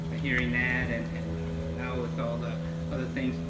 ah hearing that. and and now with all the other things.